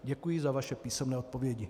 Děkuji za vaše písemné odpovědi.